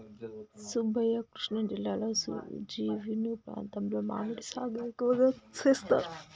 సుబ్బయ్య కృష్ణా జిల్లాలో నుజివీడు ప్రాంతంలో మామిడి సాగు ఎక్కువగా సేస్తారు